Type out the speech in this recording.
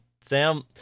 Sam